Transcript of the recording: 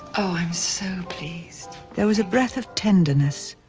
i'm so pleased. there was a breath of tenderness.